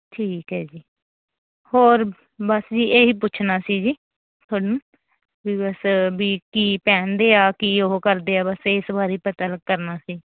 ਠੀਕ ਹੈ ਜੀ ਹੋਰ ਬਸ ਜੀ ਇਹੀ ਪੁੱਛਣਾ ਸੀ ਜੀ ਤੁਹਾਨੂੰ ਵੀ ਬਸ ਵੀ ਕੀ ਪਹਿਨਦੇ ਆ ਕੀ ਉਹ ਕਰਦੇ ਆ ਬਸ ਇਸ ਬਾਰੇ ਪਤਾ ਕਰਨਾ ਸੀ